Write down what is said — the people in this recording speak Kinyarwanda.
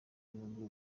bihugu